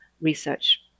research